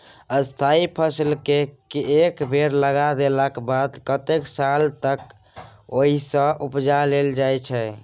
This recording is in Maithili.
स्थायी फसलकेँ एक बेर लगा देलाक बाद कतेको साल तक ओहिसँ उपजा लेल जाइ छै